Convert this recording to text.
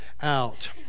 out